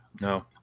No